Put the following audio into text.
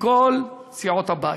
מכל סיעות הבית,